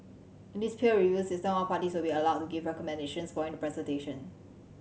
in this peer review system all parties will be allowed to give recommendations following the presentation